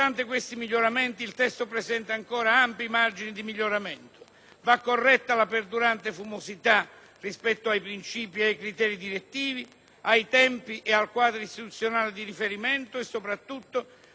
corretta la perdurante fumosità rispetto ai princìpi e ai criteri direttivi, ai tempi, al quadro istituzionale di riferimento e, soprattutto, alle incertezze delle grandezze finanziarie.